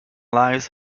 lives